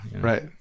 Right